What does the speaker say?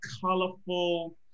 colorful